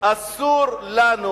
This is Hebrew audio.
אסור לנו